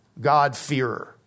God-fearer